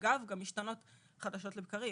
אגב, הן גם משתנות חדשות לבקרים.